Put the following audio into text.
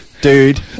Dude